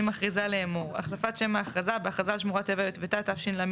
אני מכריזה לאמור: החלפת שם האכרזה באכרזה על שמורת טבע (יטבתה) התש"ל,